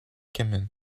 kement